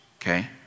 okay